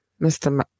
Mr